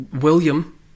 William